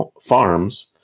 farms